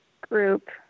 group